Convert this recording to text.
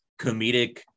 comedic